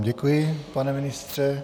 Děkuji vám, pane ministře.